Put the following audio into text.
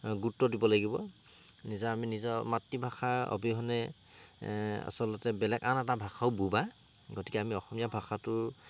গুৰুত্ব দিব লাগিব নিজা আমি নিজৰ মাতৃভাষা অবিহনে আচলতে বেলেগ আন এটা ভাষাও বোবা গতিকে আমি অসমীয়া ভাষাটো